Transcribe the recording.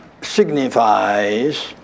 signifies